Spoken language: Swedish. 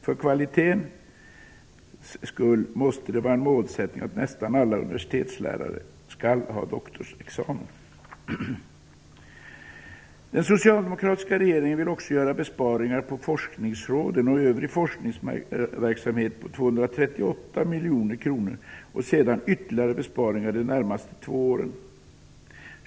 För kvalitetens skull måste det vara en målsättning att nästan alla universitetslärare skall ha doktorsexamen. Den socialdemokratiska regeringen vill också göra besparingar beträffande forskningsråden och övrig forskningsverksamhet på 238 miljoner kronor och sedan ytterligare besparingar under de närmaste två åren.